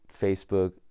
Facebook